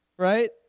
right